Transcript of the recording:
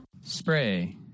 Spray